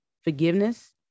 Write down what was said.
forgiveness